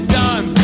done